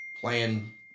playing